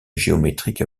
géométrique